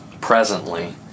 presently